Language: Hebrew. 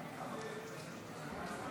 תוצאות